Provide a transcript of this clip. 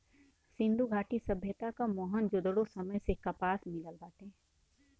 सिंधु घाटी सभ्यता क मोहन जोदड़ो समय से कपास मिलल बाटे